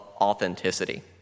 authenticity